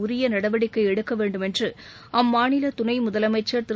உரிய நடவடிக்கை எடுக்க வேண்டுமென்று அம்மாநில துணை முதலமைச்சர் திரு